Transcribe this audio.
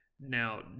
Now